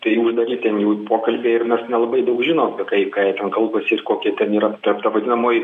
tai uždaryti jam jau pokalbiai ir mes nelabai daug žinom kaip ką jie ten kalbasi ir kokia ten yra ta vadinamoji